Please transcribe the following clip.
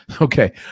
Okay